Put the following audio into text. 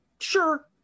sure